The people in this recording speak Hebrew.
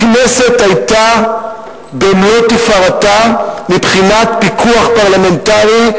הכנסת היתה במלוא תפארתה מבחינת פיקוח פרלמנטרי,